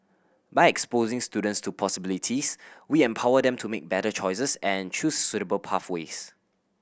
by exposing students to possibilities we empower them to make better choices and choose suitable pathways